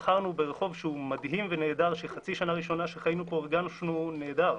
בחרנו ברחוב שהוא מדהים ונהדר חצי שנה ראשונה שחיינו פה הרגשנו נהדר.